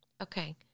Okay